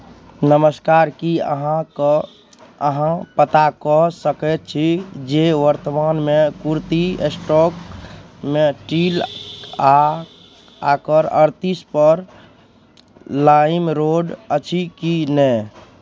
नमस्कार की अहाँ कऽ अहाँ पता कऽ सकैत छी जे वर्तमानमे कुर्ति स्टॉकमे टील आ आकार अड़तीसपर लाइम रोड अछि कि नहि